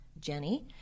Jenny